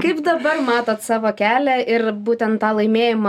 kaip dabar matot savo kelią ir būtent tą laimėjimą